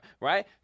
right